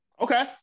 Okay